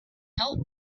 help